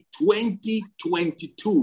2022